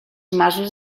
masos